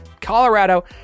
Colorado